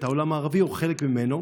את העולם הערבי או חלק ממנו,